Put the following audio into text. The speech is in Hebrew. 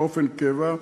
באופן קבע.